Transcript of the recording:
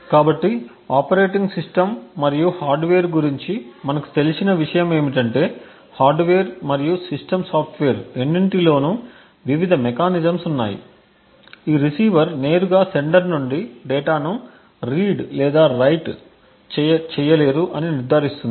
కాబట్టి operating system మరియు hardware గురించి మనకు తెలిసిన విషయం ఏమిటంటే హార్డ్వేర్ మరియు సిస్టమ్ సాఫ్ట్వేర్ రెండింటిలోనూ వివిధ మెకానిజమ్స్ ఉన్నాయి ఈ రిసీవర్ నేరుగా సెండర్ నుండి డేటాను రీడ్ లేదా రైట్ చేయలేరు అని నిర్ధారిస్తుంది